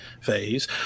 phase